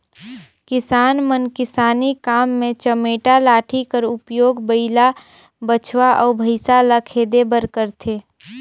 किसान मन किसानी काम मे चमेटा लाठी कर उपियोग बइला, बछवा अउ भइसा ल खेदे बर करथे